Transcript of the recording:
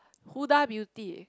Huda Beauty